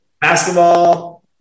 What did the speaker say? Basketball